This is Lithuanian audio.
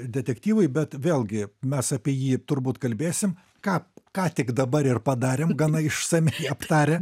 detektyvui bet vėlgi mes apie jį turbūt kalbėsim ką ką tik dabar ir padarėm gana išsamiai aptarę